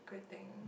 good thing